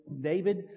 David